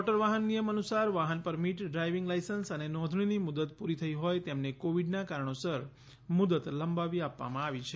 motor વાહન નિયમ અનુસાર વાહન પરમિટ ડ્રાઇવિંગ લાઇસન્સ અને નોંધણીની મુદત પૂરી થઇ હોય તેમને કોવીડના કારણોસર મુદત લંબાવી આપવામાં આવી છે